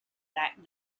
that